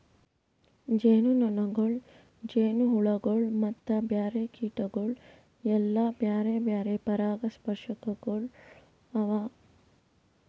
ಜೇನುನೊಣಗೊಳ್, ಜೇನುಹುಳಗೊಳ್ ಮತ್ತ ಬ್ಯಾರೆ ಕೀಟಗೊಳ್ ಎಲ್ಲಾ ಬ್ಯಾರೆ ಬ್ಯಾರೆ ಪರಾಗಸ್ಪರ್ಶಕಗೊಳ್ ಅವಾ